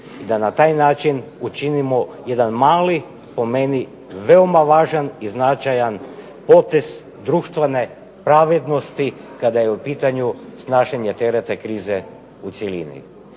i da na taj način učinimo jedan mali po meni veoma važan i značajan potez društvene pravednosti kada je u pitanju snašanje tereta krize u cjelini.